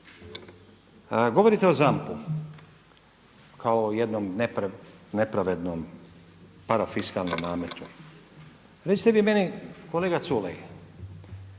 Govorite o ZAMP-u kao jednom nepravednom parafiskalnom nametu, recite vi meni kolega Culej